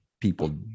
People